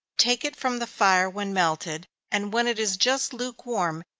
take it from the fire when melted, and when it is just lukewarm,